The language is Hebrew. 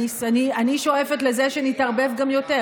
אני שואפת לזה שנתערבב גם יותר,